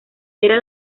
era